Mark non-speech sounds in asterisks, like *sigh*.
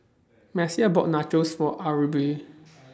*noise* Messiah bought Nachos For Arbie *noise*